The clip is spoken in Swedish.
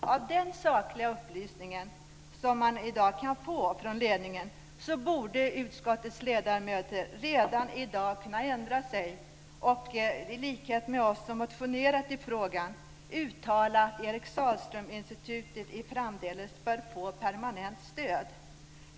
Med de sakliga upplysningar som man i dag kan få från institutets ledning borde utskottets ledamöter redan i dag kunna ändra sig och i likhet med oss som motionerat i frågan uttala att Eric Sahlström-institutet framdeles bör få permanent stöd.